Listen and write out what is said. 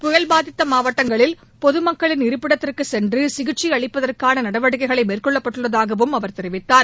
புயல் பாதித்த மாவட்டங்களில் பொது மக்களின் இருப்பிடத்திற்கு சென்று சிகிச்சை அளிப்பதற்கான நடவடிக்கைகளை மேற்கொள்ளப்பட்டுள்ளதாகவும் அவர் தெரிவித்தார்